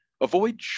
avoid